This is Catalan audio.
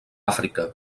àfrica